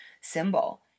symbol